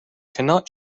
cannot